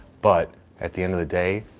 but at the end of the day,